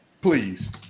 please